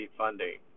funding